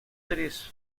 tres